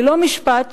ללא משפט,